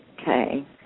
okay